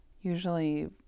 usually